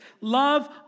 Love